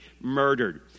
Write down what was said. murdered